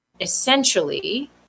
essentially